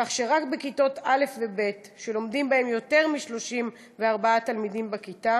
כך שרק בכיתות א' וב' שלומדים בהן יותר מ-34 תלמידים בכיתה